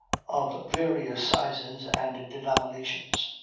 of various sizes and denominations.